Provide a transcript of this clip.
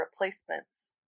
Replacements